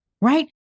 right